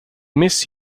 miss